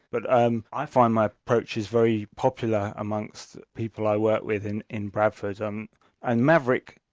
but um i find my approach is very popular amongst people i work with in in bradford. um and maverick,